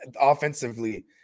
offensively